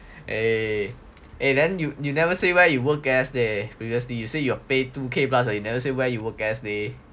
eh eh then you you never say where you work as leh previously you say you are paid two k plus but you never say where you work as leh